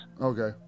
Okay